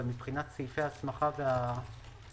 אבל מבחינת סעיפי הסמכה והפניות,